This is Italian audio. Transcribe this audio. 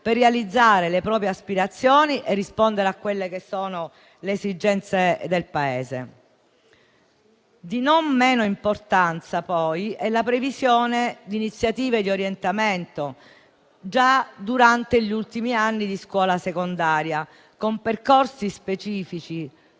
per realizzare le proprie aspirazioni e rispondere alle esigenze del Paese. Di non minore importanza, poi, è la previsione di iniziative di orientamento già durante gli ultimi anni di scuola secondaria, con percorsi specifici